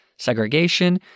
segregation